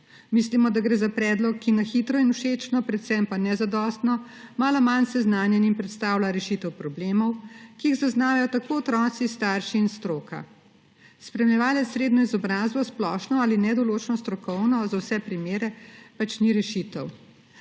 Mislimo, da gre za predlog, ki na hitro in všečno, predvsem pa nezadostno malo manj seznanjenim predstavlja rešitev problemov, ki jih zaznajo tako otroci, starši in stroka. Spremljevalec s srednjo izobrazbo, splošno ali nedoločno strokovno za vse primere pač ni rešitev.